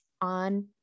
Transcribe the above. on